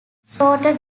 sorted